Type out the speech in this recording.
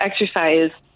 exercise